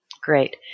Great